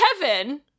Kevin